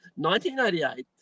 1988